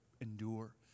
endure